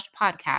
podcast